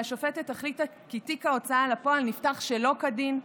והשופטת החליטה כי תיק ההוצאה לפועל נפתח שלא כדין,